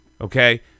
Okay